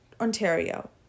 Ontario